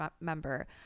member